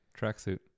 Tracksuit